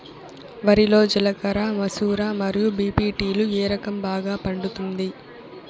వరి లో జిలకర మసూర మరియు బీ.పీ.టీ లు ఏ రకం బాగా పండుతుంది